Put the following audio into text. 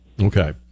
Okay